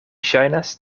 ŝajnas